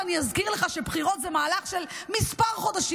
שאני אזכיר לך: בחירות זה מהלך של כמה חודשים.